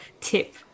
tip